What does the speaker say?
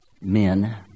men